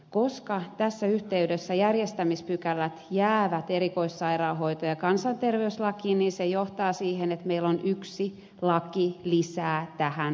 koska tässä yhteydessä järjestämispykälät jäävät erikoissairaanhoito ja kansanterveyslakiin se johtaa siihen että meillä on yksi laki lisää tähän sillisalaattiin